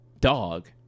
dog